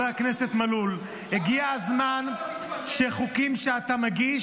הכנסת מלול: הגיע הזמן שחוקים שאתה מגיש,